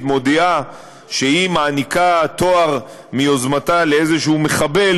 מודיעה שהיא מעניקה תואר מיוזמתה לאיזה מחבל,